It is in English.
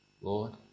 Lord